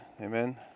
Amen